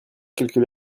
quelques